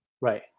Right